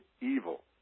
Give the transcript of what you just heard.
evil